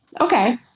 okay